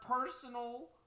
personal